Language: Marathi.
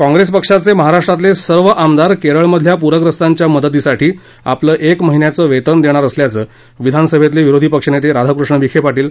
काँग्रेस पक्षाचे महाराष्ट्रातले सर्व आमदार केरळ मधल्या प्रग्रस्तांच्या मदतीसाठी आपलं एक महिन्याचं वेतन देणार असल्याचं विधान सभेतले विरोधी पक्षनेते राधाकृष्ण विखे पाटील यांनी म्हटलं आहे